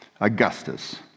augustus